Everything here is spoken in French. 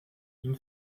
une